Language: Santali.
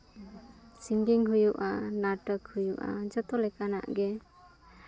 ᱥᱤᱝᱜᱤᱝ ᱦᱩᱭᱩᱜᱼᱟ ᱱᱟᱴᱚᱠ ᱦᱩᱭᱩᱜᱼᱟ ᱡᱚᱛᱚ ᱞᱮᱠᱟᱱᱟᱜ ᱜᱮ